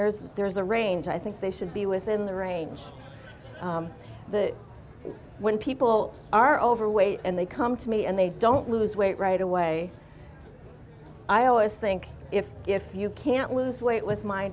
there's there's a range i think they should be within the range that when people are overweight and they come to me and they don't lose weight right away i always think if if you can't lose weight